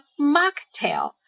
mocktail